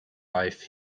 life